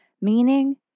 meaning